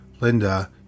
Linda